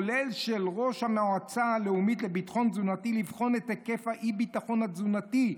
כולל של ראש המועצה הלאומית לביטחון תזונתי,